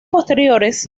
posteriores